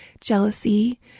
jealousy